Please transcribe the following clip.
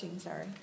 sorry